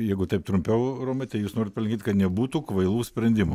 jeigu taip trumpiau romai tai jūs norit palinkėt kad nebūtų kvailų sprendimų